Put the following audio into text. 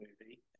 movie